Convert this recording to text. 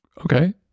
Okay